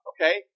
Okay